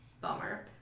bummer